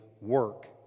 work